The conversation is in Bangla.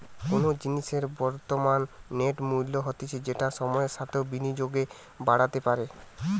কোনো জিনিসের বর্তমান নেট মূল্য হতিছে যেটা সময়ের সাথেও বিনিয়োগে বাড়তে পারে